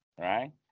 Right